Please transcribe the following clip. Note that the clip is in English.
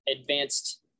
advanced